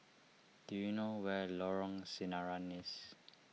do you know where Lorong Sinaran